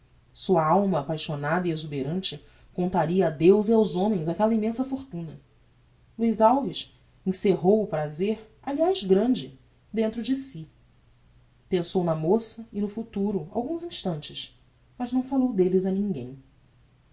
sua alma apaixonada e exuberante contaria a deus e aos homens aquella immensa fortuna luiz alves encerrou o prazer aliás grande dentro de si pensou na moça e no futuro alguns instantes mas não falou delles a ninguém